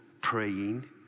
praying